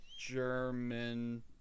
german